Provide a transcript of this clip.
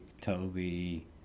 Toby